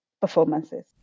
performances